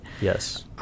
Yes